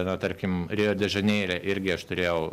na tarkim rio de žaneire irgi aš turėjau